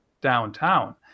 downtown